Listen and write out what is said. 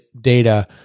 data